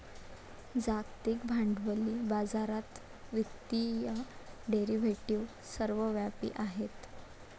जागतिक भांडवली बाजारात वित्तीय डेरिव्हेटिव्ह सर्वव्यापी आहेत